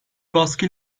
baskı